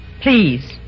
Please